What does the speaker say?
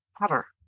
cover